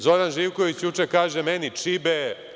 Zoran Živković juče kaže meni – čibe.